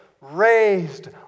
raised